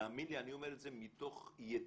תאמין לי, אני אומר את זה מתוך ידיעה.